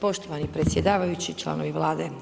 Poštovani predsjedavajući, članovi Vlade.